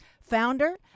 founder